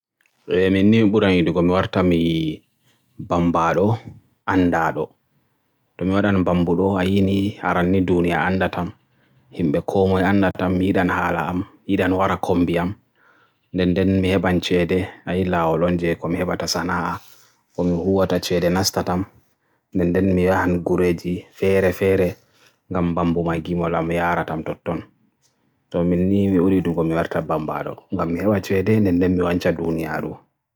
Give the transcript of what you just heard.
Mi yidi mi waɗi mawɗo muusijiyo, sabu muusik kuɓɗi gite e hoore ɓurnde. Muusik waawi hesɗitde yimɓe, tee e jamma e belɗum, ɓe waawi hokkude wuro e no ɓuri ndimon. Ko muusikiyo moƴƴi, ɓe heɓi laawol jeyaaɗo e ɗuum.